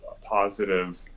positive